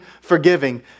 forgiving